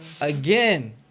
Again